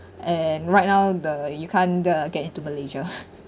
and right now the you can't uh get into malaysia